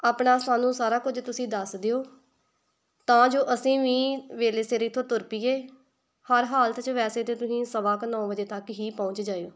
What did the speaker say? ਆਪਣਾ ਸਾਨੂੰ ਸਾਰਾ ਕੁਝ ਤੁਸੀਂ ਦੱਸ ਦਿਓ ਤਾਂ ਜੋ ਅਸੀਂ ਵੀ ਵੇਲੇ ਸਿਰ ਇੱਥੋਂ ਤੁਰ ਪਈਏ ਹਰ ਹਾਲਤ 'ਚ ਵੈਸੇ 'ਤੇ ਤੁਸੀਂ ਸਵਾ ਕੁ ਨੌਂ ਵਜੇ ਤੱਕ ਹੀ ਪਹੁੰਚ ਜਾਇਓ